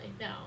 no